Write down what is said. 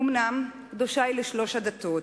אומנם קדושה היא לשלוש הדתות,